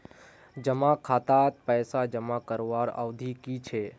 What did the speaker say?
जमा खातात पैसा जमा करवार अवधि की छे?